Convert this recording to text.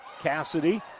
Cassidy